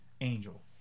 Angel